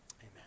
Amen